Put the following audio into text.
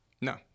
No